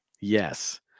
Yes